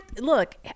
look